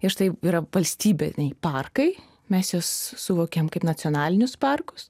ir štai yra valstybiniai parkai mes juos suvokiam kaip nacionalinius parkus